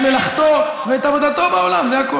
את מלאכתו ואת עבודתו בעולם, זה הכול.